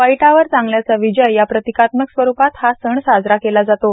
वाईटावर चांगल्याचा विजय या प्रतिकात्मक स्वरुपात हा सण साजरा केला जातो